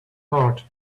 heart